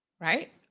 Right